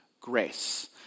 grace